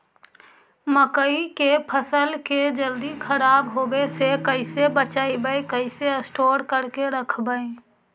मकइ के फ़सल के जल्दी खराब होबे से कैसे बचइबै कैसे स्टोर करके रखबै?